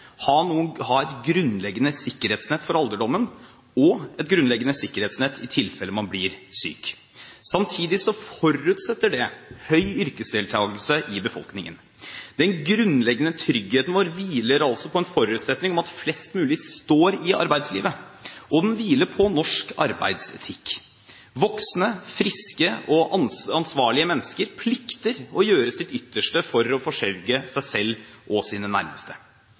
ha et grunnleggende sikkerhetsnett for alderdommen og i tilfelle man blir syk. Samtidig forutsetter det høy yrkesdeltagelse i befolkningen. Den grunnleggende tryggheten vår hviler altså på en forutsetning om at flest mulig står i arbeidslivet, og den hviler på norsk arbeidsetikk: Voksne, friske og ansvarlige mennesker plikter å gjøre sitt ytterste for å forsørge seg selv og sine nærmeste.